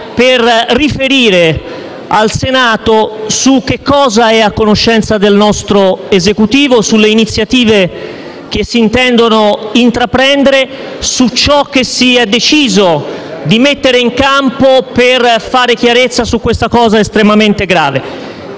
per riferire al Senato su cosa è a conoscenza del nostro Esecutivo, sulle iniziative che si intendono intraprendere e su ciò che si è deciso di mettere in campo per fare chiarezza su questa cosa estremamente grave.